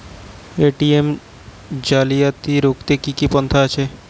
ATM জালিয়াতি রুখতে কি কি পন্থা আছে?